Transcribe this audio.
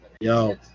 Yo